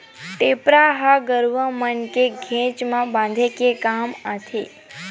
टेपरा ह गरुवा मन के घेंच म बांधे के काम आथे